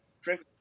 Drink